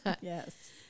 Yes